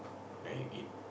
then you eat